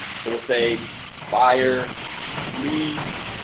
so we'll say buyer leaves